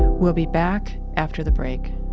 we'll be back after the break